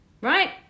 right